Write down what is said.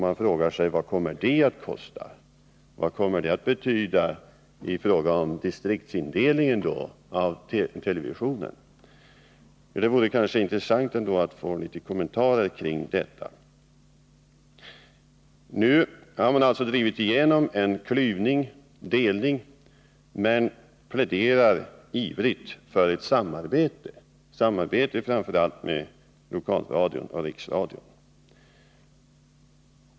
Man frågar sig: Vad kommer det att kosta, och vad kommer det att betyda i fråga om distriktsindelningen av televisionen? Det vore intressant att få litet kommentarer kring detta. Nu har man alltså drivit igenom en delning men pläderar ivrigt för ett samarbete, framför allt mellan lokalradion och riksradion.